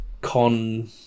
con